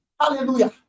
Hallelujah